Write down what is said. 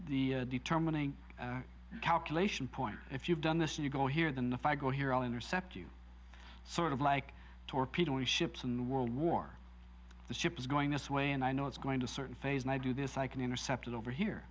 like the determining calculation point if you've done this and you go here than if i go here i'll intercept you sort of like a torpedo ships in world war the ship is going this way and i know it's going to certain phase and i do this i can intercept it over here